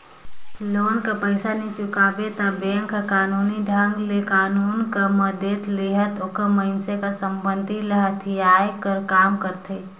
loan कर पइसा नी चुकाबे ता बेंक हर कानूनी ढंग ले कानून कर मदेत लेहत ओ मइनसे कर संपत्ति ल हथियाए कर काम करथे